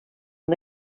una